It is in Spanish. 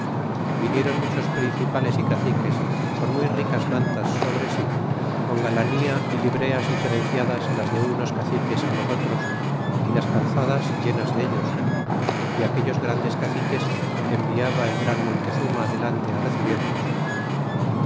vinieron muchos principales y caciques con muy ricas mantas sobre sí con galanía y libreas diferenciadas las de los unos caciques á los otros y las calzadas llenas dellos y aquellos grandes caciques enviaba el gran montezurna delante á recibirnos y